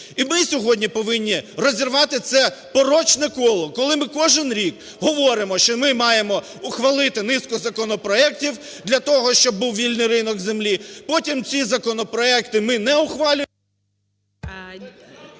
І ми сьогодні повинні розірвати це порочне коло, коли ми кожен рік говоримо, що ми маємо ухвалити низку законопроектів для того, щоб був вільний ринок землі, потім ці законопроекти ми не ухвалюємо…